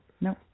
No